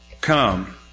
come